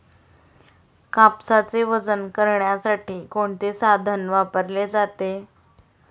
कापसाचे वजन करण्यासाठी कोणते साधन वापरले जाते?